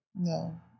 no